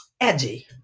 edgy